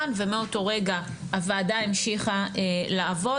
ומאותו רגע הוועדה המשיכה לעבוד,